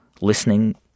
listening